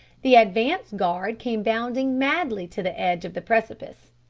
the advance-guard came bounding madly to the edge of the precipice.